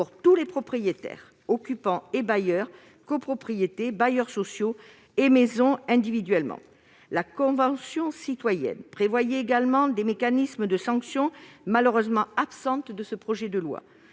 pour tous les propriétaires, occupants et bailleurs, copropriétés, bailleurs sociaux et maisons individuelles. Elle prévoyait également des mécanismes de sanction, malheureusement absents du présent projet de loi.